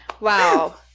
wow